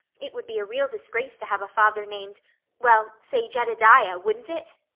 it would be a real disgrace to have a father named well, say jedediah, wouldn't it?